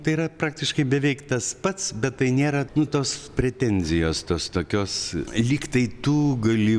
tai yra praktiškai beveik tas pats bet tai nėra nu tos pretenzijos tos tokios lyg tai tu gali